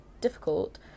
difficult